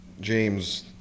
james